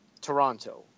Toronto